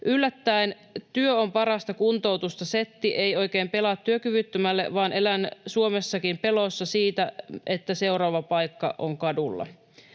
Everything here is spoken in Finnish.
Yllättäen ”työ on parasta kuntoutusta” ‑setti ei oikein pelaa työkyvyttömälle, vaan elän Suomessakin pelossa siitä, että seuraava paikka on kadulla.”